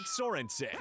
Sorensen